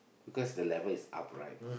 because the level is up right